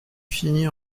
finit